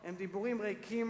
הם דיבורים ריקים,